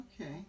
Okay